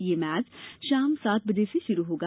यह मैच शाम सात बजे से शुरू होगा